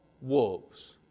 wolves